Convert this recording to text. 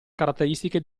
caratteristiche